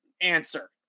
answer